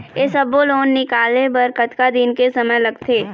ये सब्बो लोन निकाले बर कतका दिन के समय लगथे?